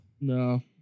No